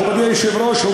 מכובדי היושב-ראש,